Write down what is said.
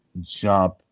jump